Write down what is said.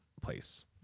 place